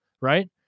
right